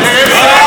זה לא היה ריקלין?